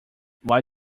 why